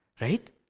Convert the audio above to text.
Right